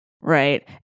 Right